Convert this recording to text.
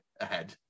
ahead